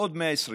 עוד 120 ימים.